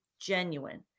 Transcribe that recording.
genuine